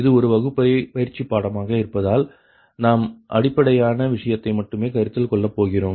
இது ஒரு வகுப்பறை பயிற்சிப்பாடமாக இருப்பதால் நாம் அடிப்படையான விஷயத்தை மட்டுமே கருத்தில்கொள்ள போகிறோம்